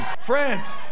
Friends